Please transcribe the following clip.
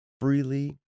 freely